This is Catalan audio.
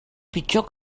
pitjor